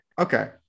Okay